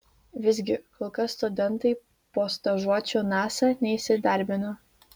visgi kol kas studentai po stažuočių nasa neįsidarbino